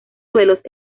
suelos